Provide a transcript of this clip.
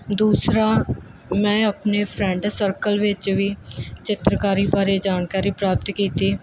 ਦੂਸਰਾ ਮੈਂ ਆਪਣੇ ਫਰੈਂਡ ਸਰਕਲ ਵਿੱਚ ਵੀ ਚਿੱਤਰਕਾਰੀ ਬਾਰੇ ਜਾਣਕਾਰੀ ਪ੍ਰਾਪਤ ਕੀਤੀ